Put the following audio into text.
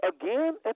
again